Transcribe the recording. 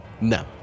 No